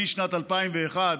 משנת 2001,